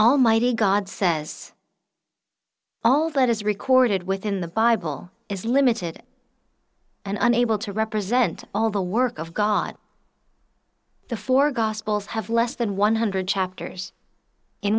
almighty god says all that is recorded within the bible is limited and unable to represent all the work of god the four gospels have less than one hundred chapters in